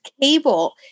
cable